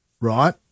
Right